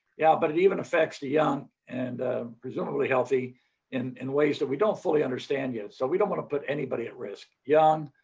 yeah but it even affects the young and presumably healthy in in ways we don't fully understand yet so we don't want to put anybody at risk. young,